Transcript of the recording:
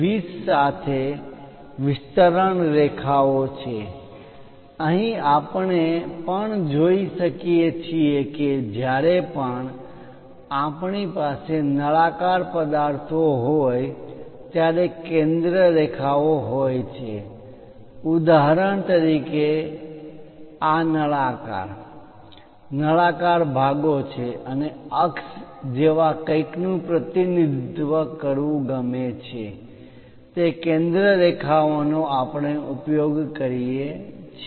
20 સાથે વિસ્તરણ રેખાઓ છે અહીં આપણે પણ જોઈ શકીએ છીએ કે જ્યારે ત્યાં આપણી પાસે નળાકાર પદાર્થો હોય ત્યારે કેન્દ્ર રેખાઓ હોય છે ઉદાહરણ તરીકે આ નળાકાર નળાકાર ભાગો છે અને અક્ષ જેવા કંઈકનું પ્રતિનિધિત્વ કરવું ગમે છે તે કેન્દ્ર રેખાઓ નો આપણે ઉપયોગ કરીએ છીએ